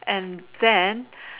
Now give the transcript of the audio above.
and then